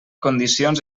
condicions